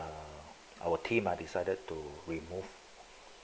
our team ah decided to remove